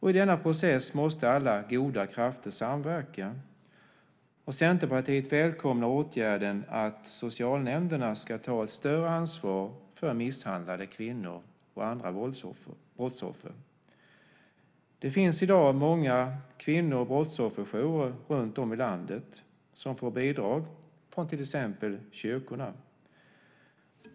I denna process måste alla goda krafter samverka. Och Centerpartiet välkomnar åtgärden att socialnämnderna ska ta ett större ansvar för misshandlade kvinnor och andra brottsoffer. Det finns i dag många kvinno och brottsofferjourer runtom i landet som får bidrag från till exempel kyrkorna.